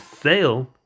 sale